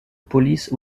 police